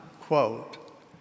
quote